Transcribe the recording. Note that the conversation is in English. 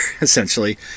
essentially